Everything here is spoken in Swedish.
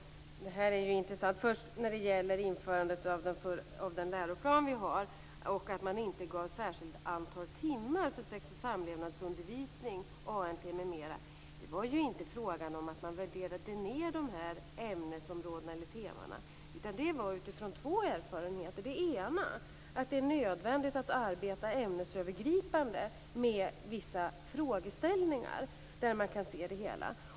Fru talman! Det här är ju intressant. Vad först gäller införandet av den läroplan som vi har och att man inte gav ett särskilt antal timmar för sex och samlevnadsundervisning, ANT m.m. vill jag säga att det inte var fråga om att man värderade ned de här ämnesområdena eller temana. Bakgrunden var två erfarenheter. Den ena var att det är nödvändigt att arbeta ämnesövergripande med vissa frågeställningar, där man kan se det hela.